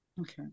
Okay